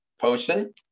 potion